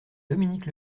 dominique